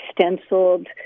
stenciled